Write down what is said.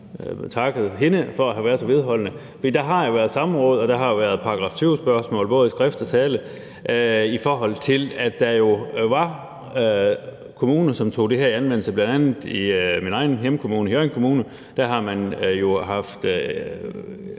takket hende for at have været så vedholdende. Der har jo været samråd, og der har været § 20-spørgsmål, både i skrift og i tale, i forhold til at der var kommuner, som tog det her i anvendelse, bl.a. min egen hjemkommune, Hjørring Kommune, hvor man har haft